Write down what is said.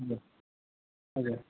हजुर हजुर